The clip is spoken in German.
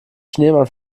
schneemann